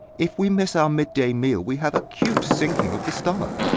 if we miss our midday meal we have acute sinking of the stomach.